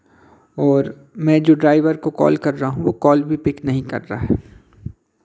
और मैं जो ड्राइवर को कॉल कर रहा हूँ वो कॉल भी पिक नहीं कर रहा हैं